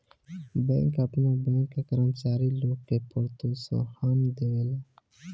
bank आपन bank के कर्मचारी लोग के प्रोत्साहन देवेला